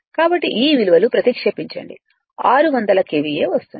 కాబట్టి ఈ విలువలు ప్రతిక్షేపించండి ఆరు వందల KVA వస్తుంది